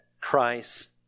Christ